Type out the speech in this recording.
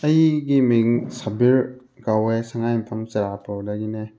ꯑꯩꯒꯤ ꯃꯤꯡ ꯁꯕꯤꯔ ꯀꯧꯋꯦ ꯁꯉꯥꯏꯌꯨꯝꯐꯝ ꯆꯔꯥꯄꯨꯔꯒꯗꯤꯅꯦ